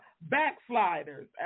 backsliders